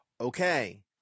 okay